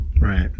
Right